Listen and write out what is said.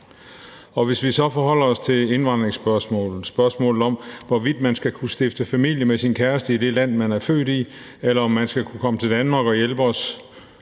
Hvis vi så forholder os til indvandringsspørgsmålet, spørgsmålet om, hvorvidt man skal kunne stifte familie med sin kæreste i det land, man er født i, eller om man skal kunne komme til Danmark og hjælpe os